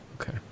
Okay